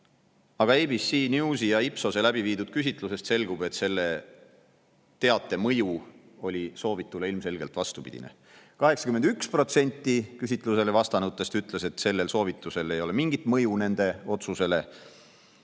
aga ABC Newsi ja Ipsose küsitlusest selgub, et selle teate mõju oli soovitule ilmselgelt vastupidine. 81% küsitlusele vastanutest ütles, et sellel soovitusel ei ole mingit mõju nende otsusele,